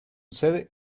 sede